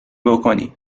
بکنی